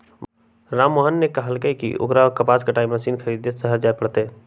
राममोहन ने कहल कई की ओकरा कपास कटाई मशीन खरीदे शहर जाय पड़ तय